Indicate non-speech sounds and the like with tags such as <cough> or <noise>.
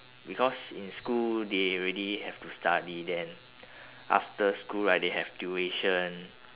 because in school they already have to study then <breath> after school right they have tuition